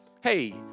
Hey